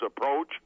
approach